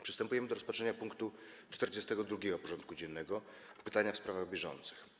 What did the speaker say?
Przystępujemy do rozpatrzenia punktu 42. porządku dziennego: Pytania w sprawach bieżących.